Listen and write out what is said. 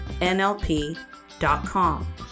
NLP.com